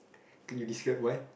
can you describe why